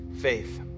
faith